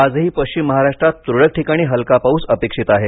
आजही पश्चिम महाराष्ट्रात तुरळक ठिकाणी हलका पाऊस अपेक्षित आहे